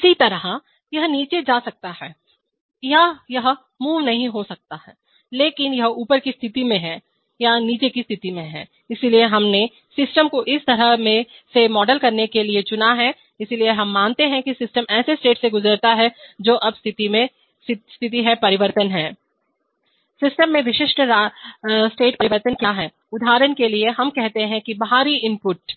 इसी तरह यह नीचे जा सकता है या यह मूव नहीं हो सकता है लेकिन यह ऊपर की स्थिति में है या नीचे की स्थिति में है इसलिए हमने सिस्टम को इस तरह से मॉडल करने के लिए चुना है इसलिए हम मानते हैं कि सिस्टम ऐसे स्टेट से गुजरता है जो अब स्थिति है परिवर्तन है सिस्टम में विशिष्ट राज्य परिवर्तन क्या हैं उदाहरण के लिए हम कहते हैं कि बाहरी इनपुट